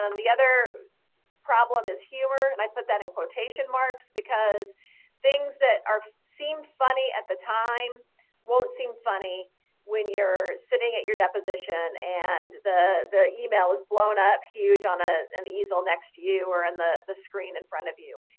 um the other problem is humor. and i put that in quotation marks. because things that seem funny at the time won't seem funny when you're sitting at your deposition and the the email is blown up huge on a and easel next to you or and on the screen in front of you. you